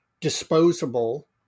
disposable